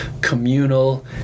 communal